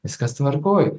viskas tvarkoje